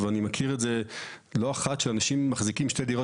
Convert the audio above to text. ואני מכיר את זה לא אחת שאנשים מחזיקים שתי דירות